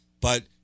But-